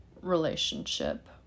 relationship